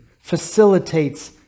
facilitates